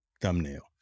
thumbnail